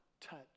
touch